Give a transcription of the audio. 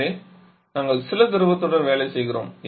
எனவே நாங்கள் சில திரவத்துடன் வேலை செய்கிறோம்